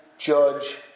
Judge